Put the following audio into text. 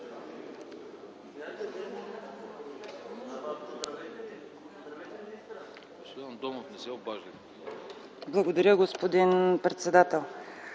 Благодаря, господин председател.